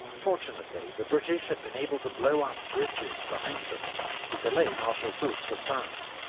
fortunately, the british had been able to blow up bridges behind them to delay marshal soult's advance,